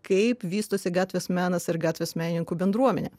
kaip vystosi gatvės menas ir gatvės menininkų bendruomenė